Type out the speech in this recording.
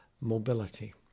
mobility